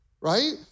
right